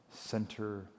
center